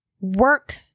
work